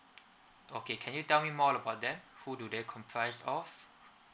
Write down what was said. okay can you tell me more about them who do they comprise of